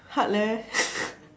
hard leh